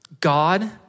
God